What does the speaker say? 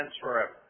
forever